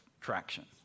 traction